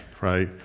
right